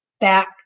back